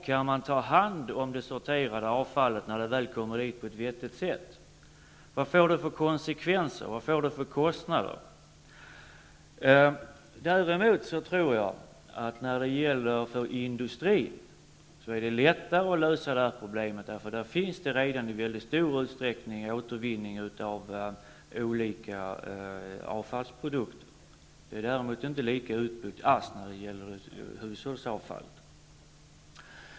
Kan man ta hand om det sorterade avfallet på ett vettigt sätt när det väl har kommit till depositionsplatsen? Vilka blir konsekvenserna och hur höga blir kostnaderna? När det gäller industriavfallet tror jag att det är lättare att lösa detta problem. Inom industrin har man redan nu i mycket stor utsträckning återvinning av olika avfallsprodukter. Återvinningen av hushållsavfall är inte alls lika utbyggd.